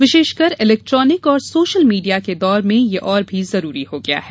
विशेषकर इलेक्ट्रानिक और social media के दौर में यह और भी जरूरी हो गया है